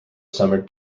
summer